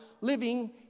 living